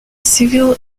civil